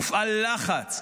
מופעל לחץ.